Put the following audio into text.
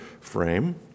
frame